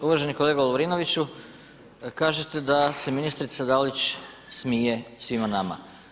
Uvaženi kolega Lovrinoviću, kažete da se ministrica Dalić smije svima nama.